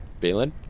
Valen